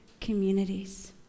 communities